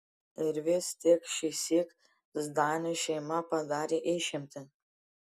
ir vis tik šįsyk zdanių šeima padarė išimtį